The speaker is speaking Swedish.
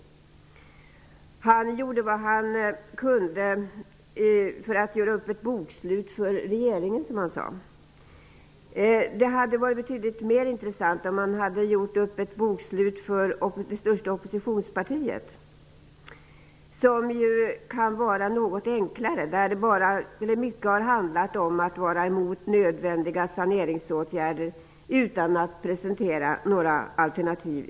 Han gjorde vad han kunde för att göra ett bokslut för regeringen, som han sade. Det hade varit betydligt mer intressant om han hade gjort ett bokslut för det största oppositionspartiet. Det kan vara något enklare, eftersom det mycket har handlat om att vara emot nödvändiga saneringsåtgärder utan att i egentlig mening presentera några alternativ.